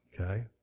Okay